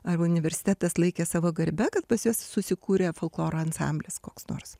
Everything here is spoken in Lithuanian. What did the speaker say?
ar universitetas laikė savo garbe kad pas juos susikūrė folkloro ansamblis koks nors